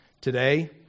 today